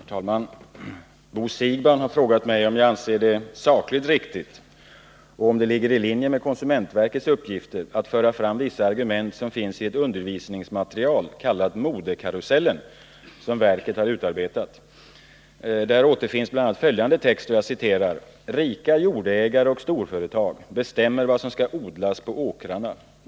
Herr talman! Bo Siegbahn har frågat mig om jag anser det sakligt riktigt och om det ligger i linje med konsumentverkets uppgifter att föra fram vissa argument som finns i ett undervisningsmaterial, kallat ”Modekarusellen”, som verket har utarbetat. Där återfinns bl.a. följande text: ”Rika jordägare och storföretag bestämmer vad som ska odlas på åkrarna.